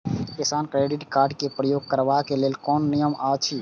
किसान credit card क प्रयोग करबाक लेल कोन नियम अछि?